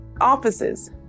offices